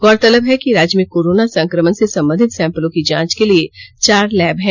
गौरतलब है राज्य में कोरोना संक्रमण से संबंधित सैंपलों की जांच के लिए चार लैब हैं